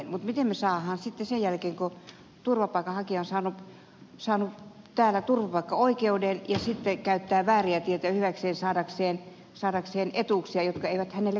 mutta miten me saamme sitten sen jälkeen kun turvapaikanhakija on saanut täällä turvapaikkaoikeuden ja sitten käyttää vääriä tietoja hyväkseen saadakseen etuuksia jotka eivät hänelle kuulu